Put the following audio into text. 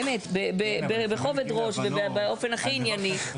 באמת, בכובד ראש ובאופן הכי ענייני.